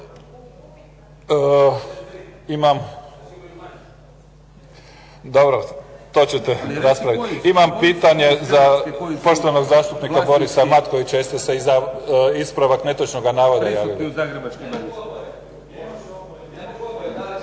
Imam, dobro, to ćete raspraviti. Imam pitanje za poštovanog gospodina Borisa Matkovića, jeste se i za ispravak netočnoga navoda javili?